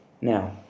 now